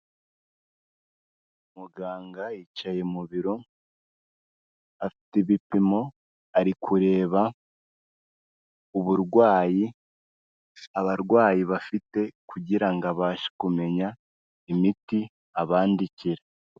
Muganga yicaye mu biro, afite ibipimo ari kureba uburwayi abarwayi bafite kugira ngo abashe kumenya imiti abandikira.